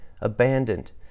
abandoned